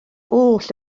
oll